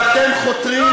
ואתם חותרים,